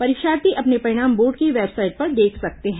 परीक्षार्थी अपने परिणाम बोर्ड की वेबसाइट पर देख सकते हैं